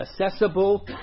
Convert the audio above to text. accessible